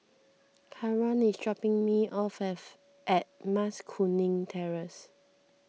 Caron is dropping me off at Mas Kuning Terrace